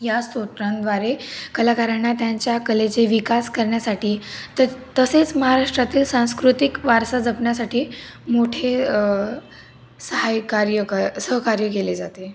या स्तोत्रांद्वारे कलाकारांना त्यांच्या कलेचे विकास करण्यासाठी त तसेच महाराष्ट्रातील सांस्कृतिक वारसा जपण्यासाठी मोठे सहायकार्य क सहकार्य केले जाते